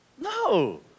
No